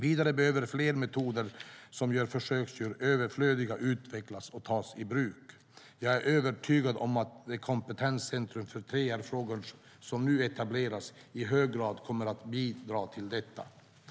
Vidare behöver fler metoder som gör försöksdjur överflödiga utvecklas och tas i bruk. Jag är övertygad om att det kompetenscentrum för 3R-frågor som nu etableras i hög grad kommer att bidra till detta.